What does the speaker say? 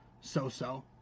so-so